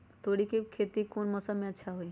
तोड़ी के खेती कौन मौसम में अच्छा होई?